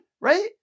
right